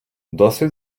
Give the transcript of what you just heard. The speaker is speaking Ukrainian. досвід